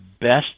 best